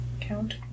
Count